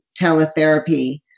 teletherapy